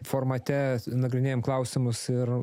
formate nagrinėjam klausimus ir